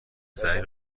صحیح